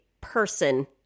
person-